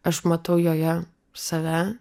aš matau joje save